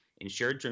ensure